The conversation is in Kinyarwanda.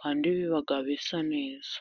kandi biba bisa neza.